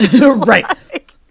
Right